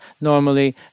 Normally